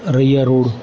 Raiya road